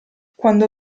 quando